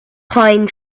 pine